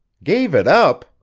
gave it up!